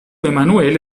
emanuele